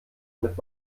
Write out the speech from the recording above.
mit